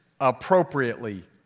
appropriately